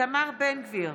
איתמר בן גביר,